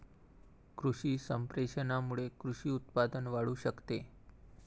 कृषी संप्रेषणामुळे कृषी उत्पादन वाढू शकते